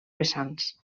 vessants